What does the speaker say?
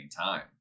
time